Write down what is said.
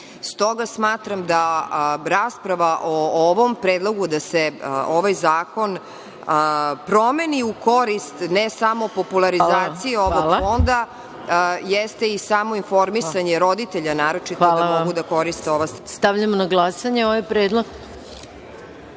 smatram da rasprava o ovom predlogu da se ovaj zakon promeni u korist ne samo popularizacije ovog fonda jeste i samo informisanja roditelja, naročito da mogu da koriste ova sredstva. **Maja Gojković**